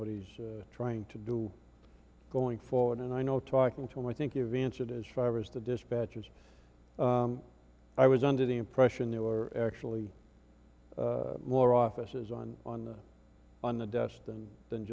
what he's trying to do going forward and i know talking to or think you've answered as far as the dispatchers i was under the impression there were actually more officers on on the on the dust than than